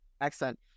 Excellent